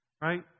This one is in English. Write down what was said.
right